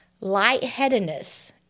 Lightheadedness